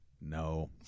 No